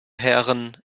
herrn